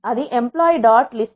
అది employee dot list